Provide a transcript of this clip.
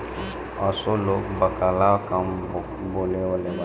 असो लोग बकला कम बोअलेबा